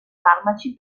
farmaci